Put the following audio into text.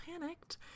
panicked